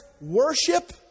worship